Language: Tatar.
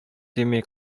тими